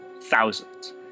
Thousands